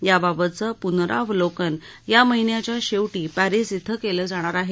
याबाबतचं पुनरावलोकन या महिन्याच्या शेवटी पॅरिस क्वें केलं जाणार आहे